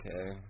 okay